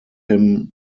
him